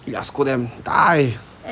ya scold them die